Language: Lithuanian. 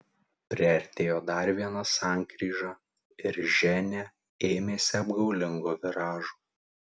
priartėjo dar viena sankryža ir ženia ėmėsi apgaulingo viražo